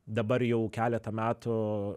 dabar jau keletą metų